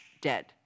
dead